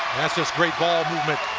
that's that's great ball movement.